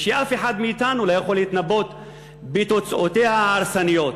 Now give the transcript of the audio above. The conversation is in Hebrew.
ושאף אחד מאתנו לא יכול להתנבא על תוצאותיה ההרסניות.